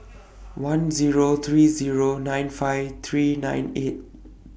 one Zero three Zero nine five three nine eight